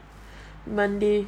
monday